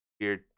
weird